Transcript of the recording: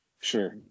Sure